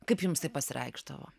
kaip jums tai pasireikšdavo